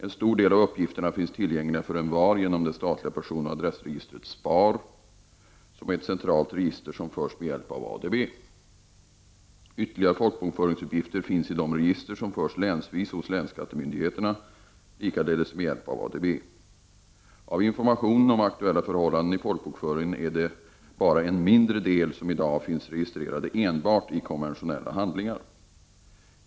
En stor del av uppgifterna finns tillgängliga för envar genom det statliga personoch adressregistret , som är ett centralt register som förs med hjälp av ADB. Ytterligare folkbokföringsuppgifter finns i de register som förs länsvis hos länsskattemyndigheterna, likaledes med hjälp av ADB. Av informationen om aktuella förhållanden i folkbokföringen är det bara en mindre del som i dag finns registrerad enbart i konventionella handlingar.